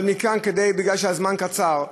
אבל מכאן, מכיוון שהזמן קצר,